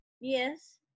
Yes